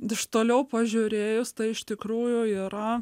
iš toliau pažiūrėjus tai iš tikrųjų yra